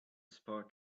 spark